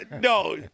no